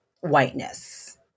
whiteness